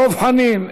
דב חנין,